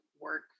work